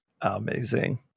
Amazing